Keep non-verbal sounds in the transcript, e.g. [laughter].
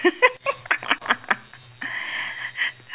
[laughs]